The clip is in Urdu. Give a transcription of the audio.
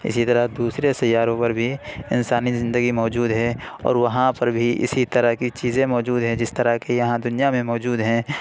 اسی طرح دوسرے سیاروں پر بھی انسانی زندگی موجود ہے اور وہاں پر بھی اسی طرح کی چیزیں موجود ہیں جس طرح کی یہاں دنیا میں موجود ہیں